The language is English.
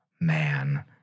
man